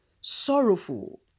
sorrowful